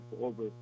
over